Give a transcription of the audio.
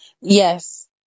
Yes